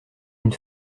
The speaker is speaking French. une